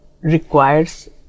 requires